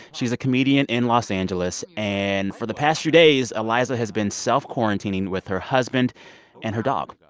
she's a comedian in los angeles. and for the past few days, iliza has been self-quarantining with her husband and her dog.